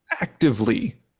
actively